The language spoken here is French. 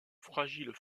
fragiles